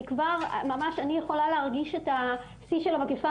אני יכולה להרגיש את השיא של המגיפה,